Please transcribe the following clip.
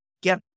get